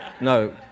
no